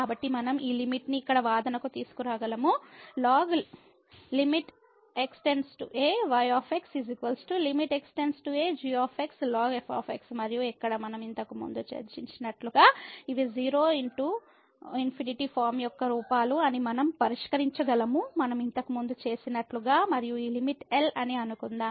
కాబట్టి మనం ఈ లిమిట్ ని ఇక్కడ వాదనకు తీసుకురాగలము lnxay xag ln f మరియు ఎక్కడా మనం ఇంతకుముందు చర్చించినట్లుగా ఇవి 0 ×∞ ఫార్మ్ యొక్క రూపాలు అని మనం పరిష్కరించగలము మనం ఇంతకుముందు చేసినట్లుగా మరియు ఈ లిమిట్ L అని అనుకుందాం